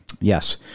Yes